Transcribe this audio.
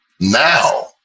Now